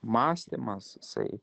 mąstymas jisai